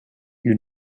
you